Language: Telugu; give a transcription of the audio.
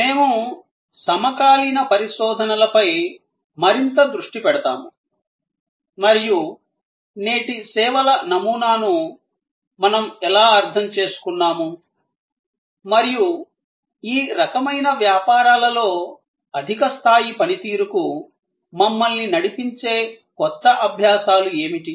మేము సమకాలీన పరిశోధనలపై మరింత దృష్టి పెడతాము మరియు నేటి సేవల నమూనాను మేము ఎలా అర్థం చేసుకున్నాము మరియు ఈ రకమైన వ్యాపారాలలో అధిక స్థాయి పనితీరుకు మమ్మల్ని నడిపించే కొత్త అభ్యాసాలు ఏమిటి